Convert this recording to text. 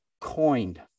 coined